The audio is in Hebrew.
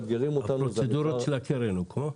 הפרוצדורות של הקרן הוקמו?